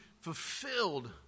fulfilled